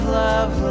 love